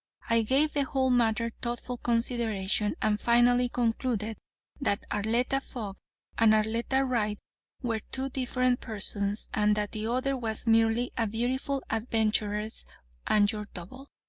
i gave the whole matter thoughtful consideration and finally concluded that arletta fogg and arletta wright were two different persons and that the other was merely a beautiful adventuress and your double.